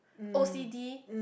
O_C_D